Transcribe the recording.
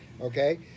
Okay